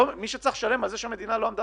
מי שצריך לשלם על זה שהמדינה לא עמדה